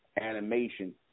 animation